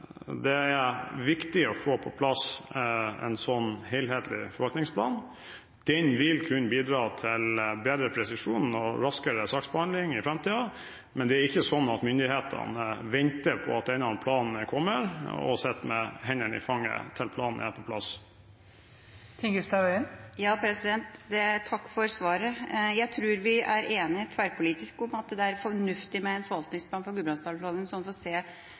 Det er viktig å få på plass en helhetlig forvaltningsplan. Den vil kunne bidra til bedre presisjon og raskere saksbehandling i framtiden. Men det er ikke slik at myndighetene venter til denne planen kommer – og sitter med hendene i fanget til den er på plass. Takk for svaret. Jeg tror vi er enige tverrpolitisk om at det er fornuftig med en forvaltningsplan for